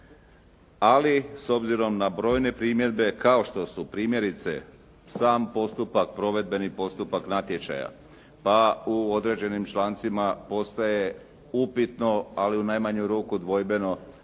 ali s obzirom na brojne primjedbe kao što su primjerice sam postupak, provedbeni postupak natječaja pa u određenim člancima postaje upitno ali u najmanju ruku dvojbeno